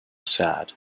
sad